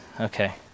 okay